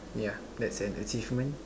ya that's an achievement